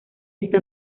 esta